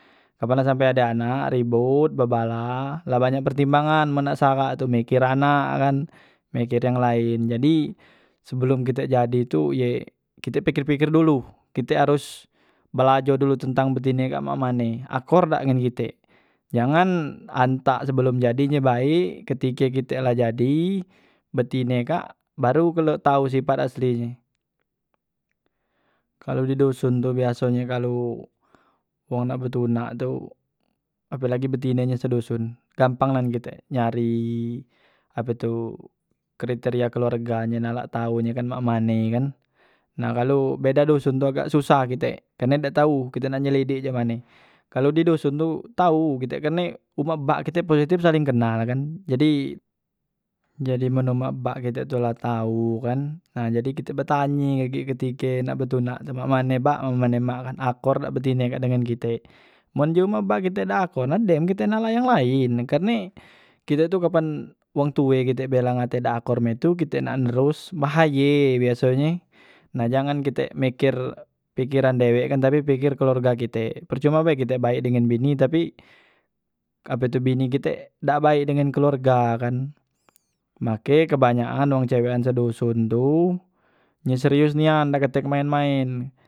Apa nak sampe ada anak, ribot, bebala, la banyak pertimbangan men nak sarak tu mikir anak kan, mikir yang lain jadi sebelom kite jadi tu ye, kite pikir- pikir dulu, kite harus belajo dulu tentang betine kak mak mane akor dak dengen kite, jangan antak sebelom jadinye baik ketike kite la jadi betine kak baru kelu tau sipat aslinye. Kalo di doson tu biasonye kalu wong nak betunak tu ape lagi betinenye se doson gampang nyan kite nyari ape tu kriteria keluarganye nak lak tau nye kan mak mane ye kan, nah kalu beda doson tu agak susah kite, karne dak tau kite nak nyelidik cak mane, kalu di doson tu tau kite karne umak bak kite positip saling kenal ye kan, jadi jadi men umak bak kite la tau kan nah jadi kite betanye agek ketike nak betunak tu mak mane, bak man mane mak kan akor dak betine kak dengen kite, men ji mak bak kite dak akor nah dem kite nak yang lain karne kite tu kapan wong tue kite be la ngate dak akor tu kite nak nerus bahaye biasenye, nah jangan kite mikir pikiran dewek kan tapi pikir keluarge kite percuma bae kite baik dengan bini tapi ape tu bini kite dak baek dengan keluarga kan, make kebanyakan wong cewekan se doson tu yang serius nian dak katek main- main.